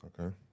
Okay